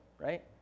right